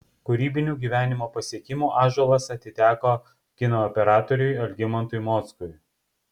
kūrybinių gyvenimo pasiekimų ąžuolas atiteko kino operatoriui algimantui mockui